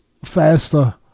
Faster